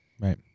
Right